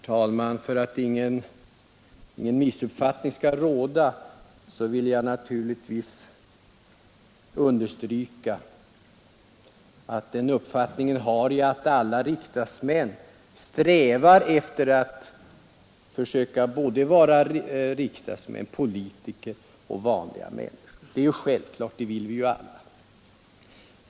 Herr talman! För att ingen missuppfattning skall råda vill jag understryka att jag naturligtvis har den uppfattningen att alla riksdagsmän strävar efter att vara både riksdagsmän — politiker — och vanliga människor.